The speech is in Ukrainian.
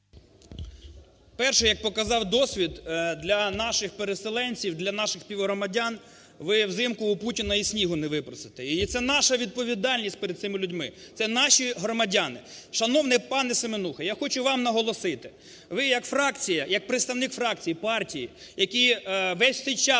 Перше. Як показав досвід, для наших переселенців, для наших співгромадян ви взимку у Путіна і снігу не випросите. І це наша відповідальність перед цими людьми. Це наші громадяни. Шановний пане Семенуха, я хочу вам наголосити, ви як фракція, як представник фракції, партії, який весь цей час,